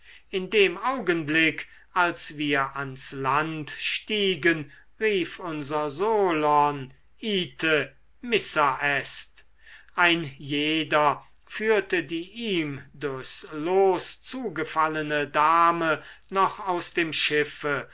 in dem augenblick als wir ans land stiegen rief unser solon ite missa est ein jeder führte die ihm durchs los zugefallene dame noch aus dem schiffe